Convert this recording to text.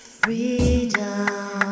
freedom